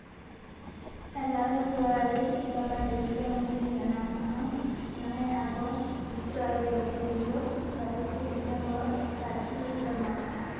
ᱮᱜᱟᱨᱚ February Baba Tilka Majhi ᱡᱟᱱᱟᱢ ᱢᱟᱦᱟ ᱱᱚᱭ ᱟᱜᱚᱥᱴ ᱵᱤᱥᱥᱚ ᱟᱹᱫᱤᱵᱟᱹᱥᱤ ᱫᱤᱵᱚᱥ ᱵᱟᱭᱤᱥᱮ ᱰᱤᱥᱮᱢᱵᱚᱨ ᱯᱟᱹᱨᱥᱤ ᱡᱤᱛᱠᱟᱹᱨ ᱢᱟᱦᱟ